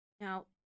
Now